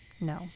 No